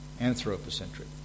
anthropocentric